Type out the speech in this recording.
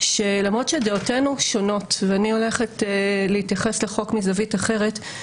שלמרות שדעותינו שונות ואני הולכת להתייחס לחוק מזווית אחרת,